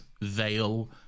Veil